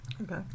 Okay